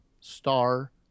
Star